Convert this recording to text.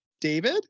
David